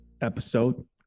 episode